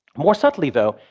more subtly, though,